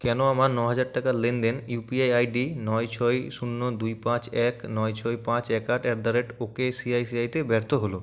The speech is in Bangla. কেন আমার নহাজার টাকার লেনদেন U P I I D নয় ছয় শূন্য দুই পাঁচ এক নয় ছয় পাঁচ এক আট at the rate O K C I C আইতে ব্যর্থ হলো